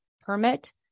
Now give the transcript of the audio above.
permit